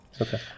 okay